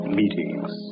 meetings